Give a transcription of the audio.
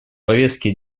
повестке